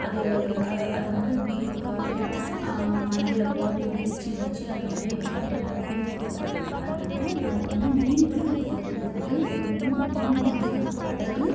அது அதை அதை வந்து இப்படி உக்கார்ந்து மணலில் போட்டு விரித்து வெச்சி அந்த மாதிரி வந்து அவங்க பின்னுவாங்க அதனால் நமக்கு வந்து மீன் பிடிக்க போகிறதுக்கு வந்து ஒரு மூணு இது தான் படகு